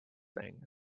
things